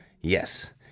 Yes